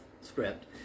script